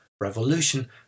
revolution